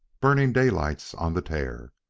burning daylight's on the tear.